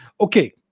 okay